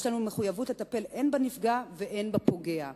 יש לנו מחויבות לטפל הן בנפגע והן בפוגע,